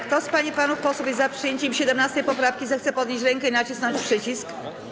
Kto z pań i panów posłów jest za przyjęciem 17. poprawki, zechce podnieść rękę i nacisnąć przycisk.